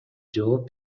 жооп